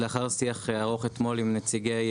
לאחר שיח ארוך אתמול עם נציגי